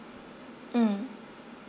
mm